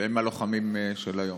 הם הלוחמים של היום.